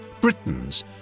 Britons